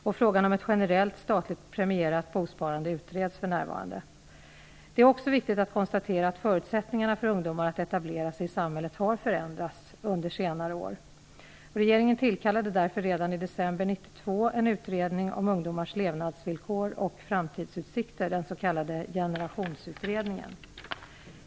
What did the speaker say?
Frågan om ett generellt statligt premierat bosparande utreds för närvarande. Det är också viktigt att konstatera att förutsättningarna för ungdomar att etablera sig i samhället har förändrats under senare år. Regeringen tillkallade därför redan i december 1992 en utredning om ungdomars levnadsvillkor och framtidsutsikter , den s.k. Generationsutredningen.